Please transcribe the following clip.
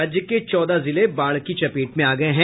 राज्य के चौदह जिले बाढ़ की चपेट में आ गये हैं